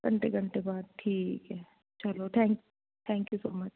ਘੰਟੇ ਘੰਟੇ ਬਾਅਦ ਠੀਕ ਹੈ ਚਲੋ thank thank you so much